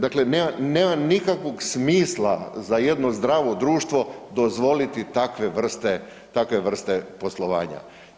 Dakle, nema nikakvog smisla za jedno zdravo društvo dozvoliti takve vrste poslovanja.